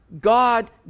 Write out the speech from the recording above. God